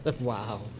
Wow